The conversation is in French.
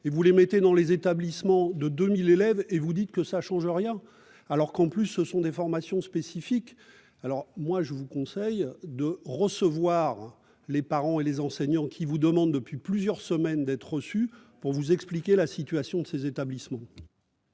et vous les mettez dans les établissements de 2000 élèves et vous dites que ça change rien alors qu'en plus ce sont des formations spécifiques, alors moi je vous conseille de recevoir les parents et les enseignants qui vous demande depuis plusieurs semaines, d'être reçus pour vous expliquer la situation de ces établissements.